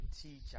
teacher